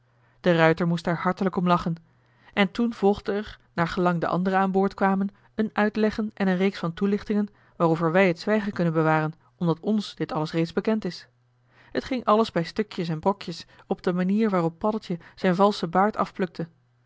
de ruijter moest daar hartelijk om lachen en toen volgde er naar gelang de anderen aan boord kwamen een uitleggen en een reeks van toelichtingen waarover wij het zwijgen kunnen bewaren omdat ons dit alles reeds bekend is t ging alles bij stukjes en brokjes op de manier waarop paddeltje zijn valschen baard